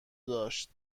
داشت